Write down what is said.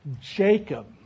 Jacob